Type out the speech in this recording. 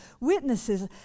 witnesses